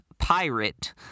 pirate